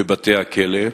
בבתי-הכלא.